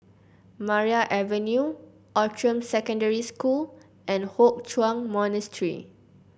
Maria Avenue Outram Secondary School and Hock Chuan Monastery